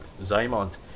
Zaymont